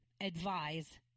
Advise